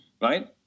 Right